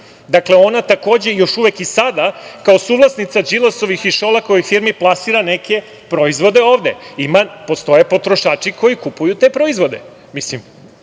našim organima. Ona još uvek i sada, kao suvlasnica Đilasovih i Šolakovih firmi, plasira neke proizvode ovde i postoje potrošači koji kupuju te proizvode. Da li